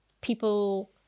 people